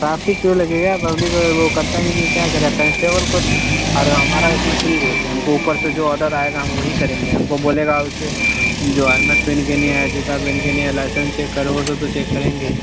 traffic क्यों लगेगी public वह करता ही नहीं क्या करे कंस्टेबल को और हमारा उसमें थोड़ी दोष है हमको ऊपर से जो ऑर्डर आएगा हम वही करेंगे हमको बोलेँगे उसे जो हेलमेट पहन के नहीं आया जूता पेन के नहीं आया लाइसेंस चेक करो वह सब तो चेक करेंगे ही